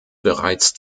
bereits